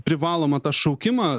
privalomą tą šaukimą